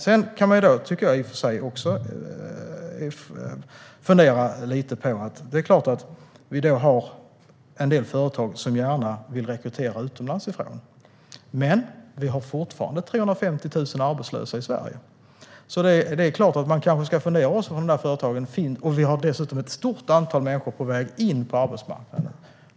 Jag tycker i och för sig att man också kan fundera lite på detta att vi har en del företag som gärna vill rekrytera utomlands. Men vi har fortfarande 350 000 arbetslösa i Sverige. Vi har dessutom ett stort antal människor på väg in på arbetsmarknaden.